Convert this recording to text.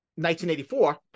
1984